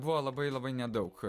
buvo labai labai nedaug